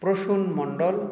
Prasun Mondal